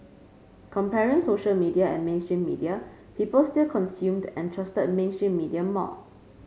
comparing social media and mainstream media people still consumed and trusted mainstream media more